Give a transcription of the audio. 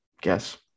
guess